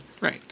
Right